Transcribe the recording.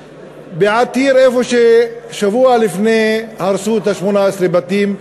בעתיר, איפה ששבוע לפני הרסו את 18 הבתים.